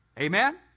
Amen